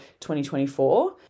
2024